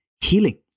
healing